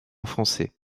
français